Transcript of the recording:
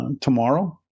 tomorrow